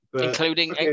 Including